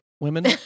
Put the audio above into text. women